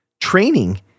training